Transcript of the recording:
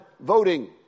voting